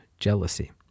jealousy